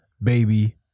Baby